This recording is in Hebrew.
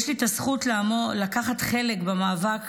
יש לי את הזכות לקחת חלק במאבק